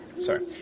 sorry